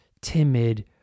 timid